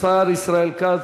השר ישראל כץ,